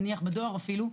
נניח בדואר אפילו,